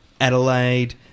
Adelaide